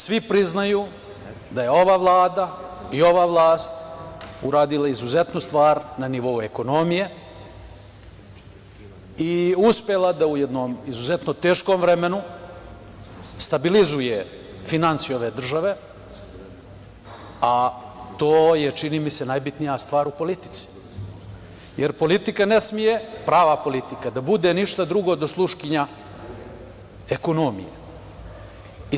Svi priznaju da je ova Vlada i ova vlast uradila izuzetnu stvar na nivou ekonomije i uspela da u jednom izuzetno teškom vremenu stabilizuje finansije ove države, a to je čini mi se, najbitnija stvar u politi, jer prava politika ne sme da bude ništa do drugo sluškinja ekonomije.